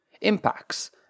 impacts